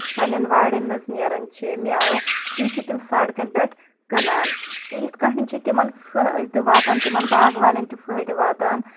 پننٮ۪ن وارٮ۪ن منٛز نیران چھِ میٚوٕ تِم چھِ تِم سڑکن پٮ۪ٹھ کٕنان تہٕ یتھ کٲٹھۍ چھِ تمن فٲیدٕ تہِ واتان تمن باغہٕ والٮ۪ن تہٕ فٲیدٕ واتان